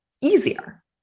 easier